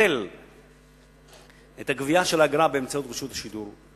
לבטל את הגבייה של האגרה באמצעות רשות השידור,